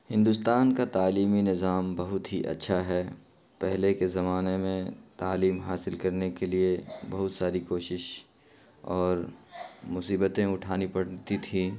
ہندوستان کا تعلیمی نظام بہت ہی اچھا ہے پہلے کے زمانے میں تعلیم حاصل کرنے کے لیے بہت ساری کوشش اور مصیبتیں اٹھانی پڑتی تھیں